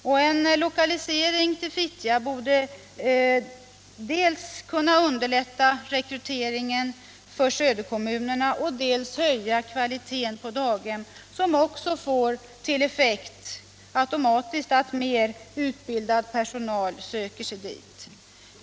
Och en lokalisering till Fittja borde dels kunna underlätta rekryteringen för söderkommunerna, dels höja kvaliteten på daghemmen, vilket automatiskt får till effekt att mer utbildad personal söker sig dit.